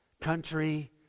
country